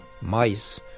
mice